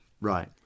right